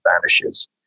vanishes